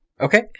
Okay